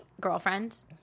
girlfriend